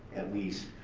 at least,